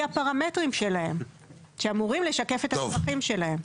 הפרמטרים שלהם שאמורים לשקף את הצרכים שלהם.